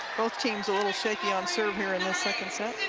both teams a little shaky on serve here and ah second set.